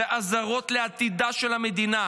אלה אזהרות לעתידה של המדינה.